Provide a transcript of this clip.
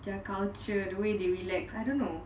their culture the way they relax I don't know